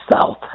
South